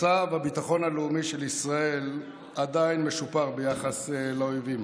מצב הביטחון הלאומי של ישראל עדיין משופר ביחס לאויבים.